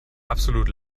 absolut